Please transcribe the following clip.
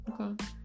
Okay